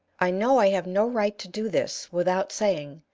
i know i have no right to do this without saying,